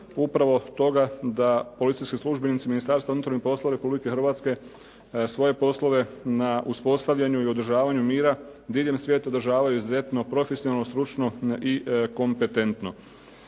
upravo toga da policijski službenici Ministarstva unutarnjih poslova Republike Hrvatske svoje poslove na uspostavljanju i održavanju mira diljem svijeta održavaju izuzetno profesionalno, stručno i kompetentno.